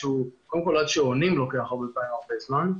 קודם כל עד שעונים לוקח הרבה פעמים הרבה זמן,